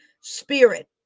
spirit